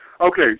Okay